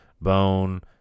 bone